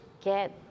get